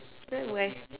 oh boy